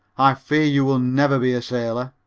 i fear you will never be a sailor.